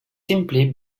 simply